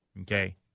Okay